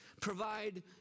Provide